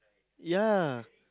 ya